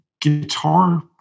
guitar